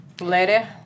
Later